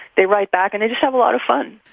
they write back and they just have a lot of fun.